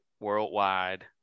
worldwide